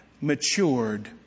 matured